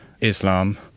Islam